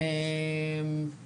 או עם מקור